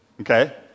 Okay